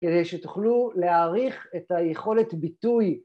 כדי שתוכלו להאריך את היכולת ביטוי